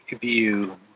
view